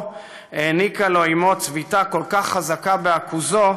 העניקה לו אימו צביטה כל כך חזקה בעכוזו